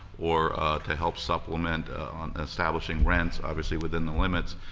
or to help supplement on establishing rents obviously within the limits,